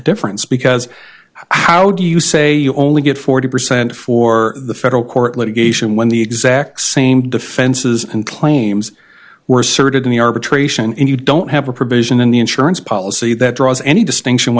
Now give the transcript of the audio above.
a difference because how do you say you only get forty percent for the federal court litigation when the exact same defenses and claims were certainly arbitration and you don't have a provision in the insurance policy that draws any distinction